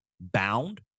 bound